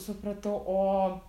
supratau o